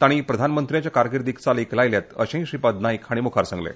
तांच्या प्रधानमंत्र्यांच्या कारकिर्दित चालीक लागलें अशें श्रीपाद नायक हांणी मुखार सांगलें